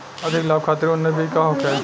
अधिक लाभ खातिर उन्नत बीज का होखे?